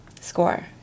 Score